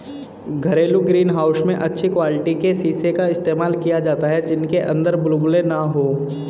घरेलू green house में अच्छी क्वालिटी के शीशे का इस्तेमाल किया जाता है जिनके अंदर बुलबुले ना हो